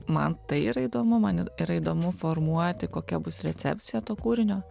man tai yra įdomu man yra įdomu formuoti kokia bus recepcija to kūrinio